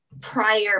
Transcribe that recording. prior